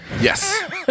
Yes